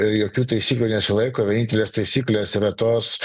ir jokių taisyklių nesilaiko vienintelės taisyklės yra tos